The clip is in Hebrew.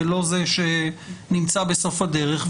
ולא זה שנמצא בסוף הדרך,